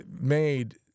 made